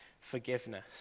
forgiveness